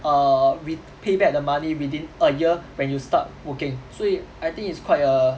err repay back the money within a year when you start working 所以 I think it's quite a